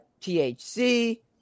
THC